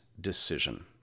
decision